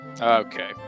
Okay